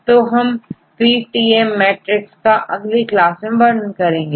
तो हमPTM मैट्रिक्स का अगली क्लास में वर्णन करेंगे